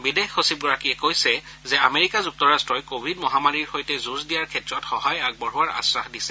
বিদেশ সচিবগৰাকীয়ে কৈছে যে আমেৰিকা যুক্তৰাট্টই কোৱিড মহামাৰীৰ সৈতে যুঁজ দিয়াৰ ক্ষেত্ৰত সহায় আগবঢ়োৱাৰ আখাস দিছে